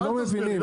לא, אל תסביר לי.